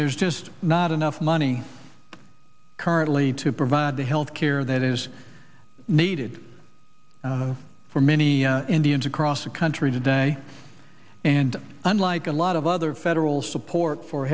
there's just not enough money currently to provide the health care that is needed for many indians across the country today and unlike a lot of other federal support for